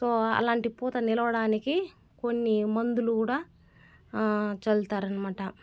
so అలాంటి పూత నిలవడానికి కొన్ని మందులు కూడా చల్లుతారు అనమాట